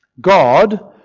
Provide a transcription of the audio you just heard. God